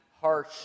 harsh